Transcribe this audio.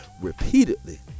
repeatedly